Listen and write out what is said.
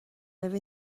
libh